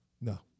No